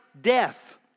death